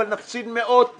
אבל נפסיד מאות מיליונים.